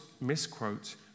misquote